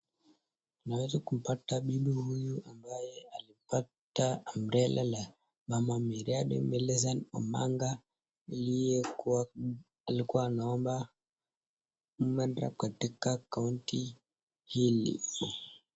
Unaweza kumpata binti huyu ambaye ame pata ambrella la Mama Miradi Millicent Omanga aliekuwa ana omba Women Rep katika kaunti hili.